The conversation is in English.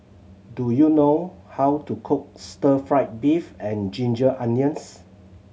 do you know how to cook stir fried beef and ginger onions